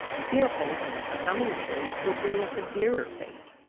fearful that the coming period would bring a severer fate.